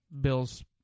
bills